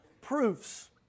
proofs